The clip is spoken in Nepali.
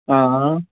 अँ